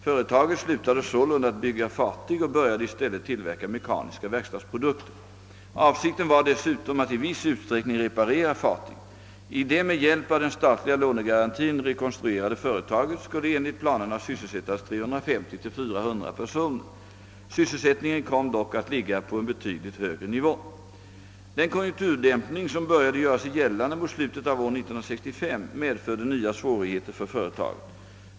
Företaget slutade sålunda att bygga fartyg och började i stället tillverka mekaniska verkstadsprodukter. Avsikten var dessutom att i viss utsträckning reparera fartyg. I det med hjälp av den statliga lånegarantin rekonstruerade företaget skulle enligt planerna sysselsättas 350—400 personer. Sysselsättningen kom dock att ligga på en betydligt högre nivå. Den konjunkturdämpning som började göra sig gällande mot slutet av år 1965 medförde nya svårigheter för företaget.